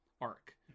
arc